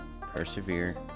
persevere